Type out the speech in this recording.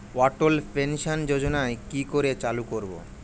অটল pension যোজনার কি করে চালু করব?